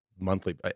monthly